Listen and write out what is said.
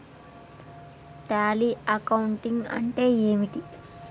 Tally accounting అంటే ఏమిటి?